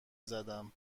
زدم